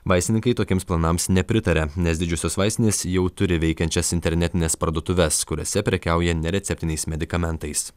vaistininkai tokiems planams nepritaria nes didžiosios vaistinės jau turi veikiančias internetines parduotuves kuriose prekiauja nereceptiniais medikamentais